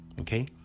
okay